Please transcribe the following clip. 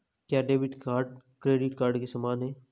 क्या debit card credit card के समान है?